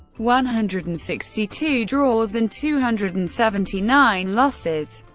one hundred and sixty two draws and two hundred and seventy nine losses.